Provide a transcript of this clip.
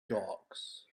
dogs